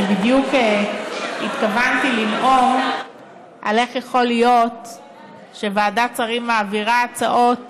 אני בדיוק התכוונתי לנאום על איך יכול להיות שוועדת שרים מעבירה הצעות